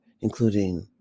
including